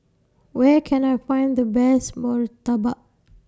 Where Can I Find The Best Murtabak